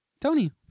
Tony